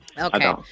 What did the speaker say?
Okay